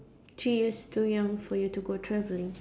three years too young for you to go travelling